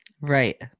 Right